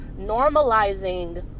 normalizing